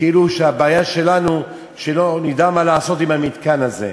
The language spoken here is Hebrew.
כאילו הבעיה שלנו היא שלא נדע מה לעשות עם המתקן הזה.